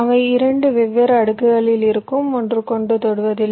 அவை 2 வெவ்வேறு அடுக்குகளில் இருக்கும் ஒன்றுக்கொன்று தொடுவதில்லை